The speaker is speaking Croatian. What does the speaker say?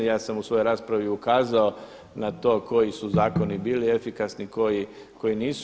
Ja sam u svojoj raspravi ukazao na to koji su zakoni bili efikasni, koji nisu.